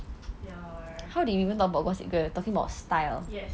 ya yes